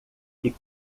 que